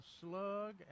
slug